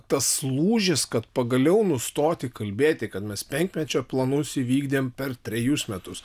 tas lūžis kad pagaliau nustoti kalbėti kad mes penkmečio planus įvykdėm per trejus metus